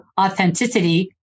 authenticity